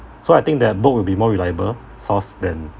so I think that book will be more reliable source than